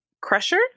Crusher